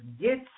get